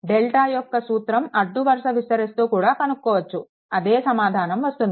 delta యొక్క సూత్రం అడ్డు వరుస విస్తరిస్తూ కూడా కనుక్కోవచ్చు అదే సమాధానం వస్తుంది